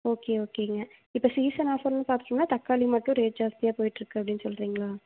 okay ஓகேங்க இப்போ season offer பார்த்துட்டீங்கனா தக்காளி மட்டும் ரேட் ஜாஸ்த்தியாக போயிட்டுருக்கு அப்படின்னு சொல்கிறீங்களா